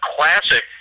Classic